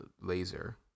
laser